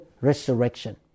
resurrection